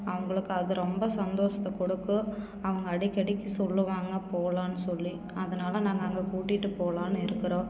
அவங்களுக்கு அது ரொம்ப சந்தோஷத்தை கொடுக்கும் அவங்க அடிக்கடிக்கு சொல்லுவாங்க போகலான்னு சொல்லி அதனால் நாங்கள் அங்கே கூட்டிகிட்டு போகலான்னு இருக்கிறோம்